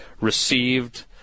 received